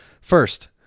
First